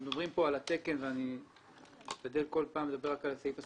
אנחנו מדברים פה על התקן ואני משתדל בכל פעם לדבר רק על הסעיף הספציפי.